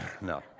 No